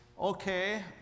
okay